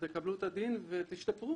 תקבלו את הדין ותשתפרו.